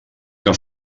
que